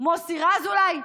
מוסי רז אולי?